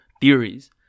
theories